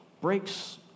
breaks